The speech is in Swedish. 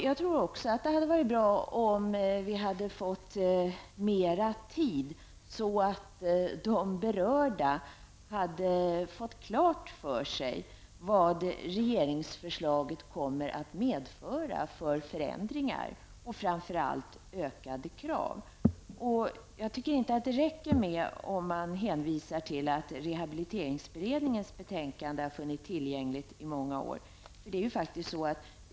Jag tror också det hade varit bra om vi hade fått mer tid så att de berörda fått klart för sig vilka förändringar och framför allt ökade krav som regeringsförslaget kommer att medföra. Jag tycker inte att det räcker med att hänvisa till att rehabiliteringsberedningens betänkande funnits tillgängligt i många år.